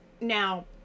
Now